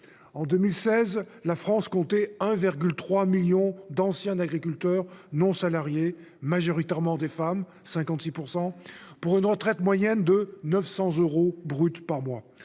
En 2016, la France comptait 1,3 million d'anciens agriculteurs non-salariés, dont 56 % de femmes, pour une retraite moyenne de 900 euros brut par mois.